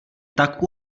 tak